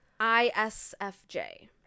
ISFJ